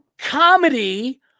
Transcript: comedy